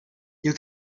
you